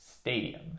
stadium